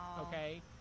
okay